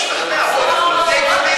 אם תשכנע אותנו שהחוק הזה לא טוב,